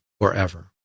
forever